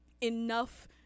enough